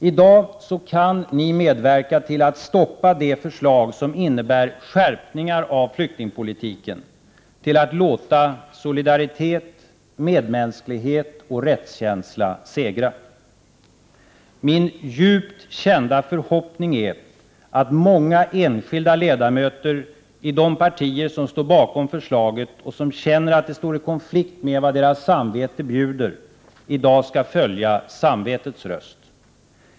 I dag kan ni medverka till att stoppa det förslag som innebär skärpning av flyktingpolitiken, till att låta solidaritet, medmänsklighet och rättskänsla segra. Min djupt kända förhoppning är att många enskilda ledamöter i de partier som står bakom förslaget och som känner att det står i konflikt med vad deras samvete bjuder i dag skall följa samvetets röst.